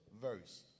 verse